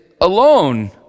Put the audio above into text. alone